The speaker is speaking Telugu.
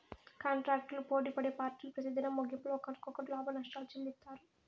కాంటాక్టులు పోటిపడే పార్టీలు పెతిదినం ముగింపుల ఒకరికొకరు లాభనష్టాలు చెల్లిత్తారు